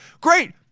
Great